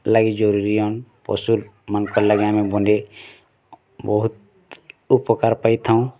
ଲାଗି ଜରୁରୀଅନ୍ ପଶୁମାନଙ୍କର୍ ଲାଗି ଆମେ ଗଣ୍ଡେ ବହୁତ୍ ଉପକାର୍ ପାଇଥାଉଁ